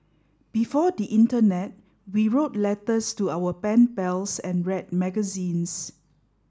before the internet we wrote letters to our pen pals and read magazines